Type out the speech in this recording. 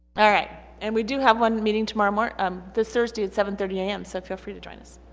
alright and we do have one meeting tomorrow morn um the thursday at seven thirty a m. so feel free to join us.